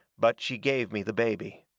but she gave me the baby.